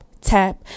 tap